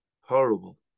Horrible